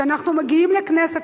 כשאנחנו מגיעים לכנסת,